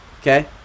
Okay